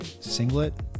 singlet